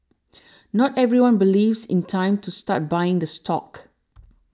not everyone believes in time to start buying the stock